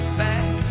back